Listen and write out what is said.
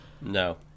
no